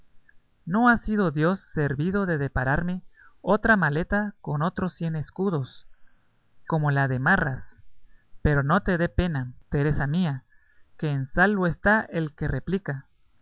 no ha sido dios servido de depararme otra maleta con otros cien escudos como la de marras pero no te dé pena teresa mía que en salvo está el que repica